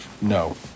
no